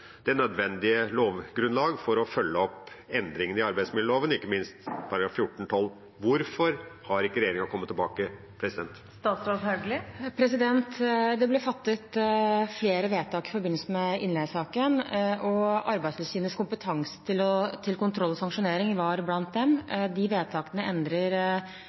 det nødvendige lovgrunnlag for å følge opp endringene i arbeidsmiljøloven, ikke minst § 14-12. Hvorfor har ikke regjeringa kommet tilbake? Det ble fattet flere vedtak i forbindelse med innleiesaken, og Arbeidstilsynets kompetanse til kontroll og sanksjonering var blant dem. De vedtakene endrer